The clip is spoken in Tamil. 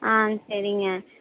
ஆ சரிங்க